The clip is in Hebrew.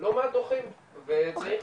ולא מעט דוחים וצריך